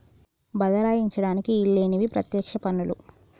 బదలాయించడానికి ఈల్లేనివి పత్యక్ష పన్నులు